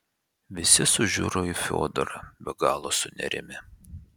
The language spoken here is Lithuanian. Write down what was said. visi sužiuro į fiodorą be galo sunerimę